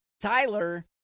Tyler